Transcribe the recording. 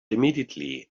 immediately